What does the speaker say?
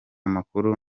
makuru